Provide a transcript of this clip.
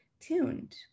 tuned